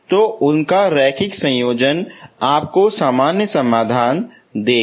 तो उनका रैखिक संयोजन आपको सामान्य समाधान देगा